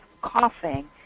coughing